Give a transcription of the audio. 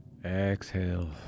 exhale